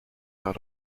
par